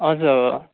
हजुर